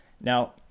Now